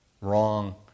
wrong